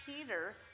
Peter